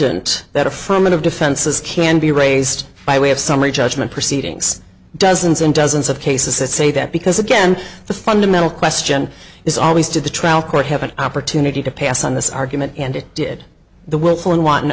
abundant that affirmative defense is can be raised by way of summary judgment proceedings dozens and dozens of cases to say that because again the fundamental question is always did the trial court have an opportunity to pass on this argument and it did the work for and won an